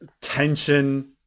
Tension